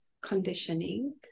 conditioning